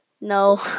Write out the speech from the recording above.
No